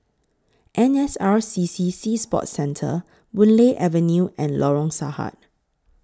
N S R C C Sea Sports Centre Boon Lay Avenue and Lorong Sarhad